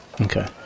Okay